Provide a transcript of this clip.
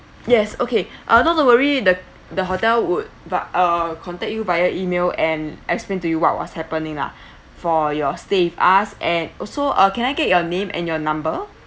yes okay uh not to worry the the hotel would but uh contact you via email and explain to you what was happening lah for your stay with us and also uh can I get your name and your number